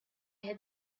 had